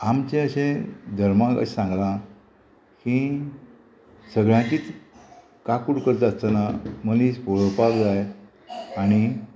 आमचे अशे धर्माक अशें सांगलां की सगळ्यांचीच काकूट करता आसतना मनीस पळोवपाक जाय आणी